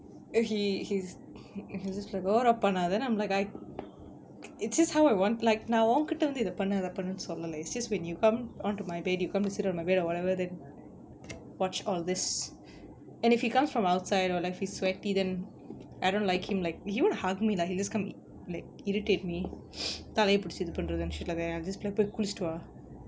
eh he he's he's just like over ah பண்ணாத:pannaatha then I'm like I it's just how I want like now நா உங்கிட்ட வந்து இத பண்ணு அத பண்ணுனு சொல்லல:naa unkitta vanthu itha pannu atha pannunu sollala it's just when you come onto my bed you going to sit on my bed or whatever then watch all this and if he comes from outside or like he's sweaty then I don't like him like he won't hug me lah he just come like irritate me தலைய புடிச்சு இத பண்றது:thalaiya pudichu ithu panrathu play and just போய் குளிச்சுட்டு வா:poi kulichuttu vaa